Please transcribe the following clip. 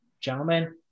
Gentlemen